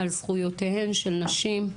על זכויותיהן של נשים,